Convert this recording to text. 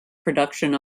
production